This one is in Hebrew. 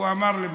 הוא אמר לי משפט: